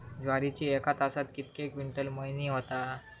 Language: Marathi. ज्वारीची एका तासात कितके क्विंटल मळणी होता?